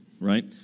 right